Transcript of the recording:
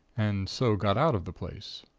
and so got out of the place.